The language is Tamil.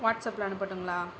வாட்ஸ் அப்பில் அனுப்பட்டுங்களா